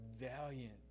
valiant